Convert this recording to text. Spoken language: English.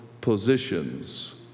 positions